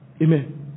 Amen